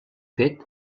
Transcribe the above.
fet